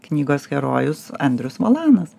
knygos herojus andrius volanas